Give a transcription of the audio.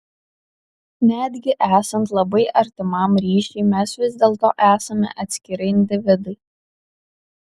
netgi esant labai artimam ryšiui mes vis dėlto esame atskiri individai